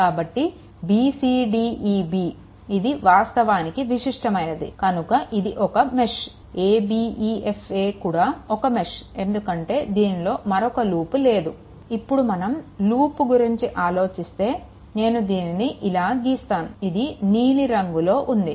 కాబట్టి b c d e b ఇది వాస్తవానికి విశిష్టమైనది కనుక ఇది ఒక mesh a b e f a కూడా ఒక మెష్ ఎందుకంటే దీనిలో మరొక లూప్ లేదు ఇప్పుడు మనం లూప్ గురించి ఆలోచిస్తే నేను దీనిని ఇలా గీస్తున్నాను ఇది నీలి రంగులో ఉంది